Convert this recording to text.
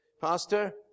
Pastor